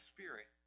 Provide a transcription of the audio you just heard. Spirit